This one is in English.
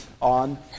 on